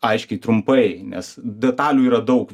aiškiai trumpai nes detalių yra daug